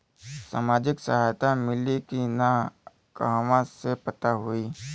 सामाजिक सहायता मिली कि ना कहवा से पता होयी?